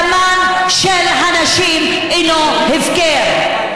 דמן של הנשים אינו הפקר.